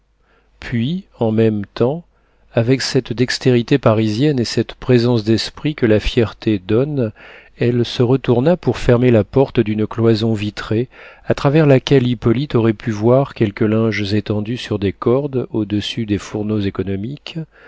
puis en même temps avec cette dextérité parisienne et cette présence d'esprit que la fierté donne elle se retourna pour fermer la porte d'une cloison vitrée à travers laquelle hippolyte aurait pu voir quelques linges étendus sur des cordes au-dessus des fourneaux économiques